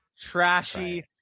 trashy